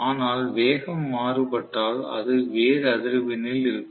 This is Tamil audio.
ஆனால் வேகம் வேறுபட்டால் அது வேறு அதிர்வெண்ணில் இருக்கும்